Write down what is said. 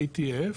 ETF,